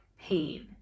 pain